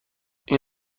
این